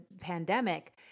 pandemic